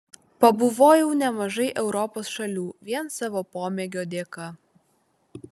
pabuvojau nemažai europos šalių vien savo pomėgio dėka